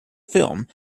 film